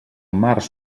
març